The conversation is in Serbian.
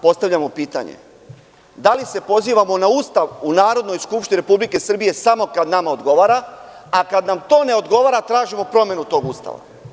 Postavljamo pitanje da li se pozivamo na Ustav u Narodnoj skupštini Republike Srbije samo kada nama odgovara, a kada nam to ne odgovara, tražimo promenu tog Ustava?